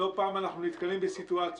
לא פעם אנחנו נתקלים בסיטואציות,